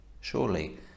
Surely